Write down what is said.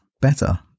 better